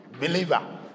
believer